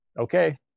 okay